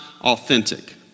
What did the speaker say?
authentic